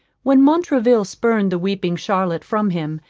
when montraville spurned the weeping charlotte from him,